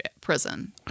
prison